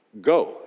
Go